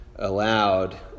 Allowed